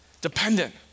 dependent